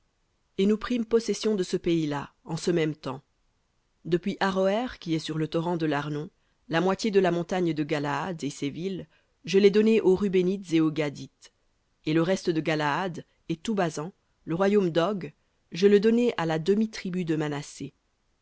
et nous prîmes possession de ce pays-là en ce même temps depuis aroër qui est sur le torrent de l'arnon la moitié de la montagne de galaad et ses villes je les donnai aux rubénites et aux gadites et le reste de galaad et tout basan le royaume d'og je le donnai à la demi-tribu de manassé